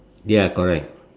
ya correct